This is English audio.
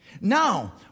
Now